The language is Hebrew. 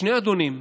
שני אדונים,